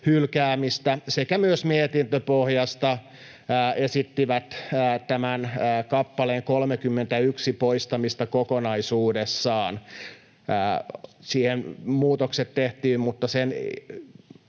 hylkäämistä sekä myös mietintöpohjasta esittivät tämän kappaleen 31 poistamista kokonaisuudessaan — siihen muutokset tehtiin, mutta